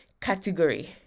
category